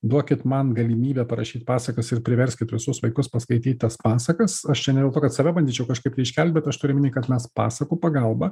duokit man galimybę parašyt pasakas ir priverskit visus vaikus paskaityt tas pasakas aš čia ne dėl to kad save bandyčiau kažkaip tai iškelt bet aš turiu omeny kad mes pasakų pagalba